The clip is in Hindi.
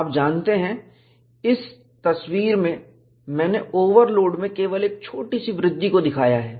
आप जानते हैं इस तस्वीर में मैंने ओवरलोड में केवल एक छोटी सी वृद्धि को दिखाया है